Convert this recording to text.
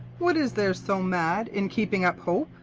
what is there so mad in keeping up hope?